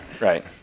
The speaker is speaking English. right